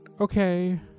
Okay